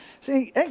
See